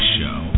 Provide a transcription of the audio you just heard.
Show